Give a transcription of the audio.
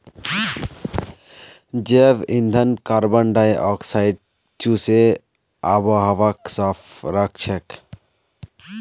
जैव ईंधन कार्बन डाई ऑक्साइडक चूसे आबोहवाक साफ राखछेक